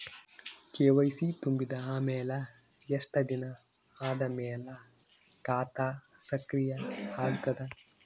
KYC ತುಂಬಿದ ಅಮೆಲ ಎಷ್ಟ ದಿನ ಆದ ಮೇಲ ಖಾತಾ ಸಕ್ರಿಯ ಅಗತದ?